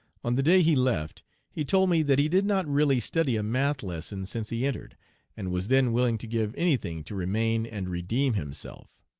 on the day he left he told me that he did not really study a math lesson since he entered and was then willing to give any thing to remain and redeem himself.